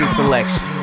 selection